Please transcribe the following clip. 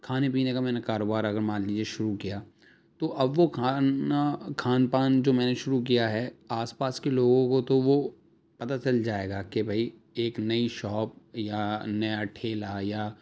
کھانے پینے کا میں نے کاروبار اگر مان لیجیے شروع کیا تو اب وہ کھانا خوان پان جو میں نے شروع کیا ہے آس پاس کے لوگوں کو تو وہ پتا چل جائے گا کہ بھائی ایک نئی شاپ یا نیا ٹھیلا یا